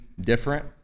different